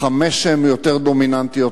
חמש שהן יותר דומיננטיות.